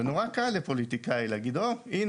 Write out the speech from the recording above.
זה נורא קל לפוליטיקאי להגיד: הופ,